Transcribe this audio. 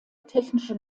technische